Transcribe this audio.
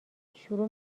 شروع